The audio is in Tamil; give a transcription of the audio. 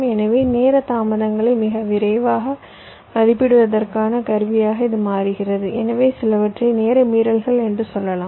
எனவே நேர தாமதங்களை மிக விரைவாக மதிப்பிடுவதற்கான கருவியாக இது மாறுகிறது எனவே சிலவற்றை நேர மீறல்கள் என்று சொல்லலாம்